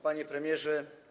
Panie Premierze!